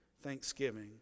thanksgiving